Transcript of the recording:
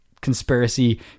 conspiracy